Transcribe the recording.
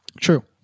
True